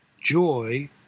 Joy